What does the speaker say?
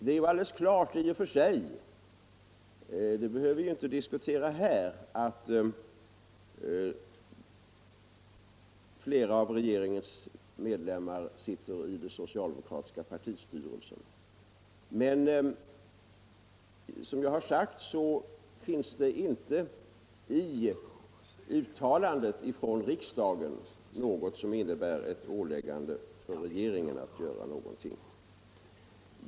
Det är i och för sig alldeles klart — det behöver vi inte diskutera här - att flera av regeringens medlemmar sitter i den socialdemokratiska partistyrelsen. Men som jag har sagt finns det inte i uttalandet från riksdagen något som innebär ett åläggande för regeringen att göra någonting.